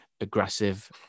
aggressive